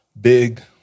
big